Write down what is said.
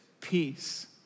peace